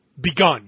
begun